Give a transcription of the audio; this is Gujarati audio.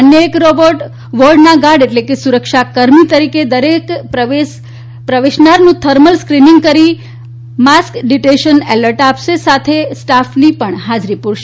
અન્ય એક રોબોટ વોર્ડના ગાર્ડ એટલે સુરક્ષાકર્મી તરીકે દરેક પ્રવેશનારનું થર્મલ સ્ક્રિનિંગ કરી માસ્ક ડીટેશન એલર્ટ આપશે સાથે સ્ટાફની પણ હાજરી પૂરશે